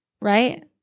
right